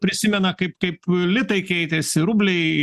prisimena kaip kaip litai keitėsi rubliai